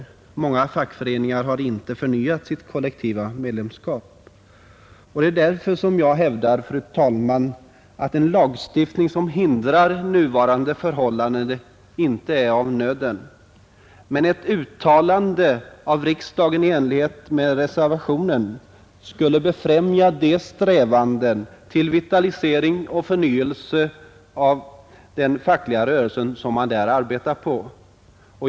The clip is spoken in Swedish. Många fackföreningar har inte förnyat sitt kollektiva medlemskap. Det är därför jag hävdar, fru talman, att en lagstiftning som hindrar nuvarande förhållanden inte är av nöden. Men ett uttalande av riksdagen i enlighet med reservationen skulle befrämja de strävanden till vitalisering och förnyelse av den fackliga rörelsen som man där arbetar på.